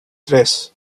tres